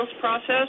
process